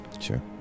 Sure